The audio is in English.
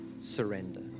surrender